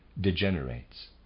degenerates